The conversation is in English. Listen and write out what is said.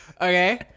Okay